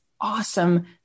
awesome